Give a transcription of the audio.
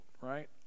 right